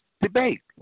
debate